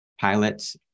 pilots